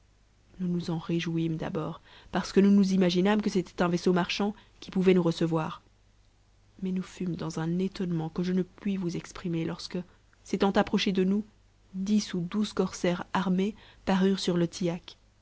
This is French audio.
nous nous en réjouîmes d'abord parce que nous nous imaginâmes que c'était un vaisseau marchand qui pourrait nous recevoir mais nous fûmes dans un étonnement que je ne puis vous exprimer lorsque s'étant approché de nous dix ou douxe corsaires armés parurent sur le tillac